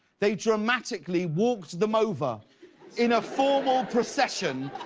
they dramically walked them over in a formal prosession,